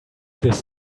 this